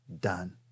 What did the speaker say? done